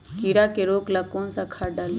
कीड़ा के रोक ला कौन सा खाद्य डाली?